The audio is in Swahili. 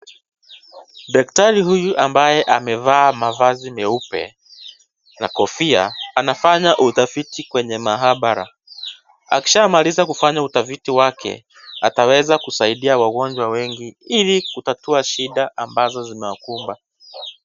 Daktari huyu ambaye amevaa mavazi meupe na kofia anafanya utabithi kwenye mahabara, akishaa maliza kufanya uthabiti wake ataweza kusaidia wagonjwa wengi ili kutatua shida ambazo zinawakumba.